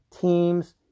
Teams